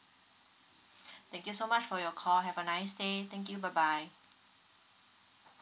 thank you so much for your call have a nice day thank you bye bye